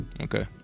Okay